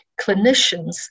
clinicians